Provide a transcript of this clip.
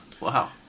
wow